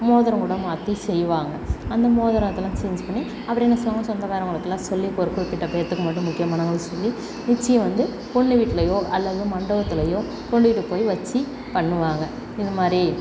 மோதிரம் கூட மாற்றி செய்வாங்க அந்த மோதிரத்தெல்லாம் சேஞ்ச் பண்ணி அப்புறம் என்ன செய்வாங்கன்னா சொந்தக்காரங்களுக்குலாம் சொல்லி ஒரு குறிப்பிட்ட பேர்த்துக்கு மட்டும் முக்கியமானவங்களுக்கு சொல்லி நிச்சயம் வந்து பொண்ணு வீட்லேயோ அல்லது மண்டபத்துலேயோ பொண்ணு வீட்டுக்குப் போய் வெச்சி பண்ணுவாங்க இது மாதிரி